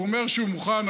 הוא אומר שהוא מוכן,